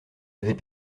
avait